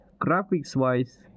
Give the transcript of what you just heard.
Graphics-wise